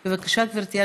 בבקשה, גברתי.